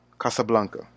Casablanca